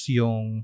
yung